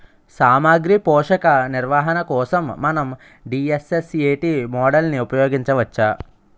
సామాగ్రి పోషక నిర్వహణ కోసం మనం డి.ఎస్.ఎస్.ఎ.టీ మోడల్ని ఉపయోగించవచ్చా?